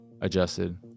adjusted